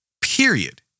Period